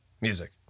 music